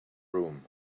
room